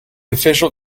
official